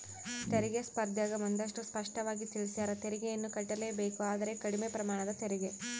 ತೆರಿಗೆ ಸ್ಪರ್ದ್ಯಗ ಒಂದಷ್ಟು ಸ್ಪಷ್ಟವಾಗಿ ತಿಳಿಸ್ಯಾರ, ತೆರಿಗೆಯನ್ನು ಕಟ್ಟಲೇಬೇಕು ಆದರೆ ಕಡಿಮೆ ಪ್ರಮಾಣದ ತೆರಿಗೆ